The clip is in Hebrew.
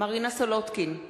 מרינה סולודקין,